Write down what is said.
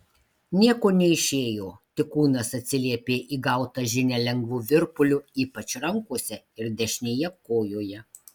nieko neišėjo tik kūnas atsiliepė į gautą žinią lengvu virpuliu ypač rankose ir dešinėje kojoje